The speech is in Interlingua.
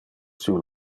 sur